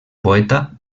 poeta